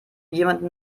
jemanden